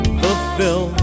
fulfill